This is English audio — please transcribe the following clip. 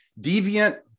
Deviant